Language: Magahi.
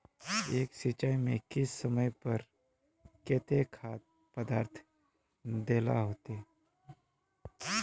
एक सिंचाई में किस समय पर केते खाद पदार्थ दे ला होते?